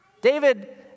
David